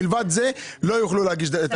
מלבד זה לא יוכלו להגיש.